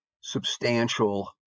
substantial